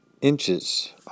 Inches